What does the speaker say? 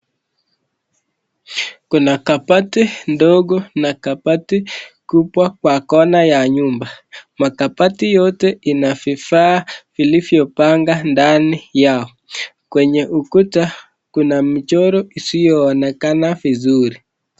Kuna kabati ndogo na kabati kubwa kwa kona ya nyumba. Makabati yote inavifaa vilivyopangwa ndani yao, kwenye ukuta kuna michoro isiyoonekana vizuri.